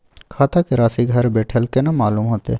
खाता के राशि घर बेठल केना मालूम होते?